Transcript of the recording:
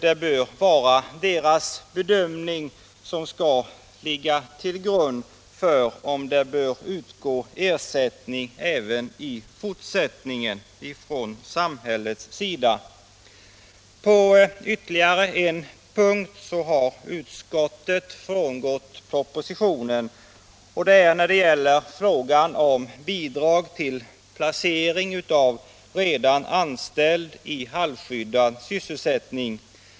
Det bör vara deras bedömning som ligger till grund för om det skall utgå ersättning från samhället även i fortsättningen. På ytterligare en punkt har utskottet frångått propositionen. Det gäller frågan om bidrag till placering av redan anställd i halvskyddad sysselsättning.